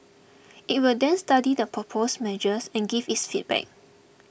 it will then study the proposed measures and give its feedback